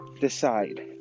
decide